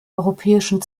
europäischen